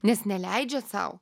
nes neleidžia sau